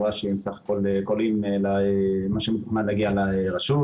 אשי בסך הכול קולעים למה שמתוכנן להגיע לרשות.